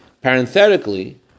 Parenthetically